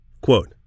Quote